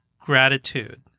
gratitude